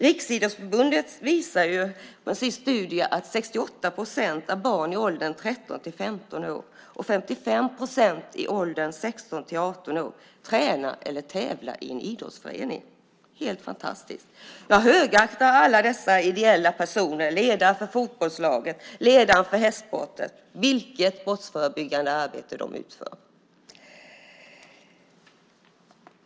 Riksidrottsförbundet visar i sin studie att 68 procent av barnen i åldern 13-15 år och 55 procent i åldern 16-18 år tränar eller tävlar i en idrottsförening. Det är helt fantastiskt. Jag högaktar alla dessa ideella insatser av ledare för bland annat fotbollslag och hästsporter. Vilket brottsförebyggande arbete de utför!